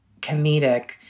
comedic